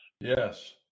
yes